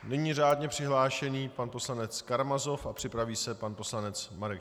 Nyní řádně přihlášený pan poslanec Karamazov a připraví se pan poslanec Marek Černoch.